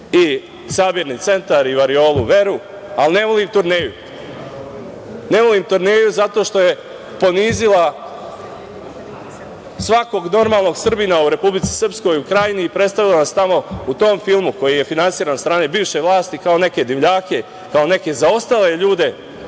i „Sabirni centar“ i „Variolu Veru“, ali ne volim „Turneju“.Ne volim „Turneju“ zato što je ponizila svakog normalnog Srbina u Republici Srpskoj, u Krajini i predstavila nas tamo u tom filmu koji je finansiran od strane bivše vlasti, kao neke divljake, kao neke zaostale ljude,